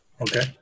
Okay